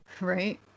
Right